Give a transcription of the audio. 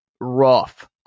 rough